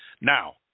Now